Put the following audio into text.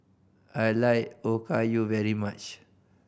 I like Okayu very much